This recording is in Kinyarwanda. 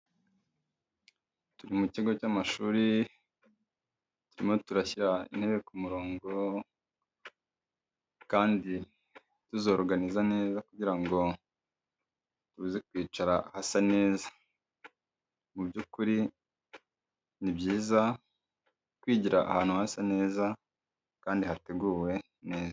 Turi mu kigo cy'amashuri turimo turashyira intebe ku murongo kandi tuzoroganiza neza kugira ngo tuze kwicara hasa neza mu by'ukuri ni byiza kwigira ahantu hasa neza kandi hateguwe neza.